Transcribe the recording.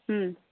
হুম